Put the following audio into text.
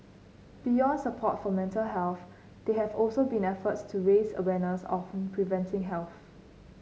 beyond support for mental health there have also been efforts to raise awareness on preventive health